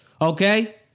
Okay